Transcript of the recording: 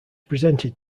presented